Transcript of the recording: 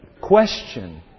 Question